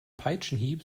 peitschenhieb